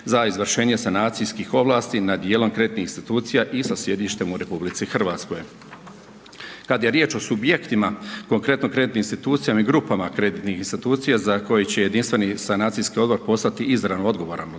za izvršenje sanacijskih ovlasti nad dijelom kreditnih institucija i sa sjedištem u RH. Kad je riječ o subjektima, konkretno kreditnim institucijama i grupama kreditnih institucija za koje će Jedinstveni sanacijski odbor postati izravno odgovoran